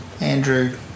Andrew